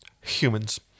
Humans